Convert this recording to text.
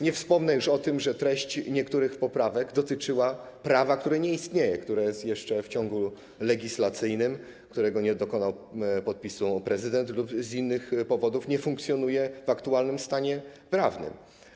Nie wspomnę już o tym, że treść niektórych poprawek dotyczyła prawa, które nie istnieje, które jest jeszcze w ciągu legislacyjnym, którego nie podpisał prezydent lub które z innych powodów nie funkcjonuje w aktualnym stanie prawnym.